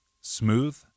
smooth